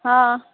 हँ